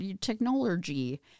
technology